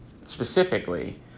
specifically